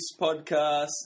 podcast